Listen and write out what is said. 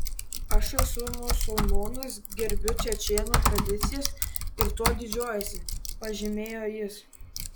aš esu musulmonas gerbiu čečėnų tradicijas ir tuo didžiuojuosi pažymėjo jis